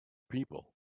people